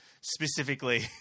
specifically